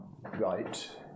right